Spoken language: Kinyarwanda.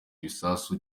ibisasu